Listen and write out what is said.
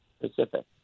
Pacific